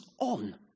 on